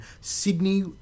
Sydney